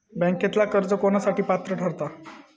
बँकेतला कर्ज कोणासाठी पात्र ठरता?